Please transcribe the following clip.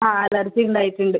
ആ അലർജി ഉണ്ടായിട്ടുണ്ട്